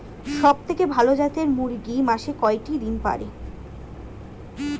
সবথেকে ভালো জাতের দেশি মুরগি মাসে কয়টি ডিম পাড়ে?